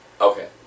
Okay